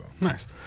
Nice